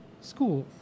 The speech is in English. school